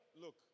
Look